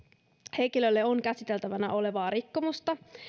henkilölle on käsiteltävänä olevaa rikkomusta